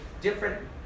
different